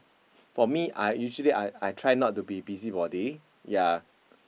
for me I usually I I try not to be busybody ya